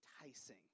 enticing